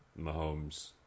Mahomes